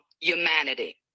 humanity